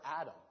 Adam